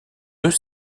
deux